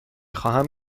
خواهم